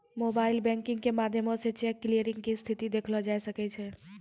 mobile banking के माध्यमो से चेक क्लियरिंग के स्थिति देखलो जाय सकै छै